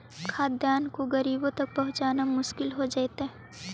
खाद्यान्न को गरीबों तक पहुंचाना मुश्किल हो जइतइ